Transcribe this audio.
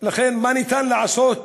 מה אפשר לעשות